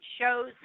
shows